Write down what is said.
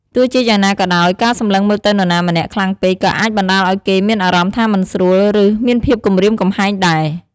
ទោះជាយ៉ាងណាក៏ដោយ ការសម្លឹងមើលទៅនរណាម្នាក់ខ្លាំងពេក ក៏អាចបណ្តាលឱ្យគេមានអារម្មណ៍ថាមិនស្រួល ឬ មានភាពគំរាមកំហែងដែរ។